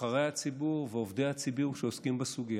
נבחרי הציבור ועובדי הציבור שעוסקים בסוגיה.